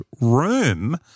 room